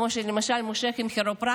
כמו שהוא למשל מושך את תקנות הכירופרקטים,